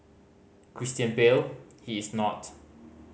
Christian Bale he is not